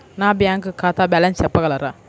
నా బ్యాంక్ ఖాతా బ్యాలెన్స్ చెప్పగలరా?